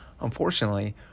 unfortunately